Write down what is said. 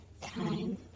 Time